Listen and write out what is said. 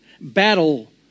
battle